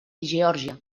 geòrgia